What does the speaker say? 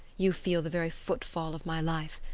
you feel the very footfall of my life.